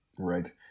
Right